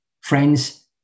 Friends